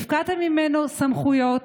הפקעתם ממנו סמכויות,